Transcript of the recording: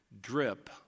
drip